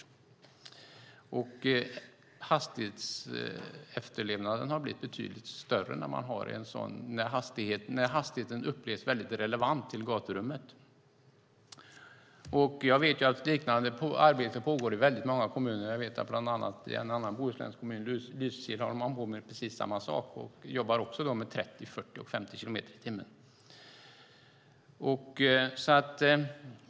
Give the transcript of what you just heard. Efterlevnaden av hastighetsgränserna har blivit betydligt bättre med en sådan hastighet, när hastigheten upplevs relevant i förhållande till gaturummet. Jag vet att liknande arbete pågår i många kommuner. Jag vet att man i en annan bohuslänsk kommun, Lysekil, håller på med precis samma sak. Då jobbar man också med 30, 40 och 50 kilometer i timmen.